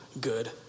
good